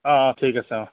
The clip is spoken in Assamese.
অঁ অঁ ঠিক আছে অঁ